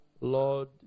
Lord